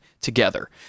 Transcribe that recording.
together